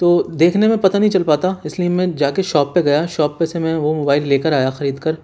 تو دیکھنے میں پتا نہیں چل پاتا اس لئے میں جا کے شاپ پہ گیا شاپ پہ سے میں وہ موبائل لے کر آیا خرید کر